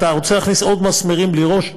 אתה רוצה להכניס עוד מסמרים בלי ראש?